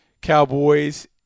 Cowboys